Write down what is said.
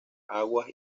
aguas